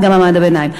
זה גם מעמד הביניים.